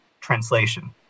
translation